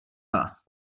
vás